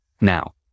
now